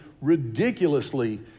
ridiculously